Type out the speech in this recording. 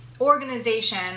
organization